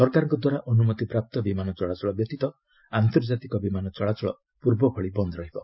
ସରକାରଙ୍କ ଦ୍ୱାରା ଅନୁମତିପ୍ରାପ୍ତ ବିମାନ ଚଳାଚଳ ବ୍ୟତୀତ ଆନ୍ତର୍ଜାତିକ ବିମାନ ଚଳାଚଳ ପୂର୍ବଭଳି ବନ୍ଦ ରହିବ